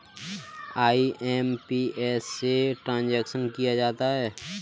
IMPS से transaction किया जाता है